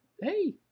hey